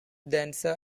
denser